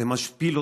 זה משפיל אותנו,